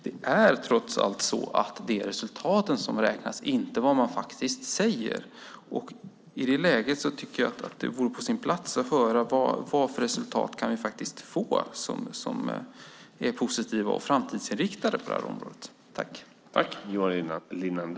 Det är trots allt resultaten som räknas, inte vad man säger. Jag tycker att det vore på sin plats att vi får höra vilka positiva och framtidsinriktade resultat vi faktiskt kan få på detta område.